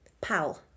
Pal